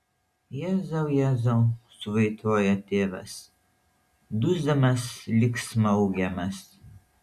jėzau jėzau suvaitoja tėvas dusdamas lyg smaugiamas